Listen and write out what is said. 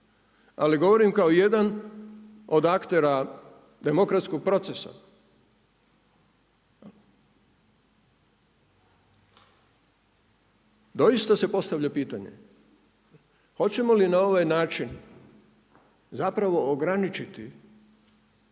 ali govorim kao jedan od aktera demokratskog procesa. Doista se postavlja pitanje, hoćemo li na ovaj način zapravo ograničiti